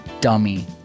dummy